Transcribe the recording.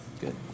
Good